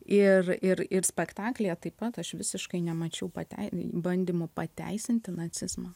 ir ir ir spektaklyje taip pat aš visiškai nemačiau patei bandymų pateisinti nacizmo